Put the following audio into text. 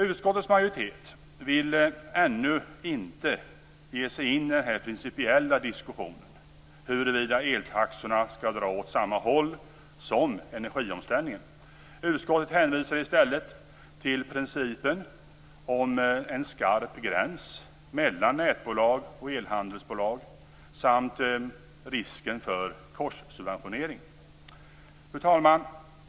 Utskottets majoritet vill ännu inte ge sig in i den principiella diskussionen huruvida eltaxorna skall dra åt samma håll som energiomställningen. Utskottet hänvisar i stället till principen om en skarp gräns mellan nätbolag och elhandelsbolag samt risken för korssubventionering. Fru talman!